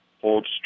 holds